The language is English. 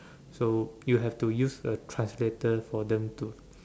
so you have to use a translator for them to